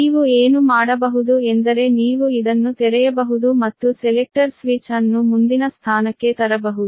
ನೀವು ಏನು ಮಾಡಬಹುದು ಎಂದರೆ ನೀವು ಇದನ್ನು ತೆರೆಯಬಹುದು ಮತ್ತು ಸೆಲೆಕ್ಟರ್ ಸ್ವಿಚ್ ಅನ್ನು ಮುಂದಿನ ಸ್ಥಾನಕ್ಕೆ ತರಬಹುದು